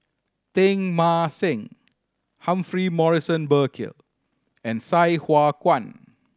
Teng Mah Seng Humphrey Morrison Burkill and Sai Hua Kuan